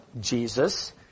Jesus